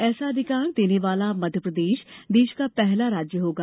ऐसा अधिकार देने वाला मध्यप्रदेश देश का पहला राज्य होगा